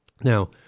Now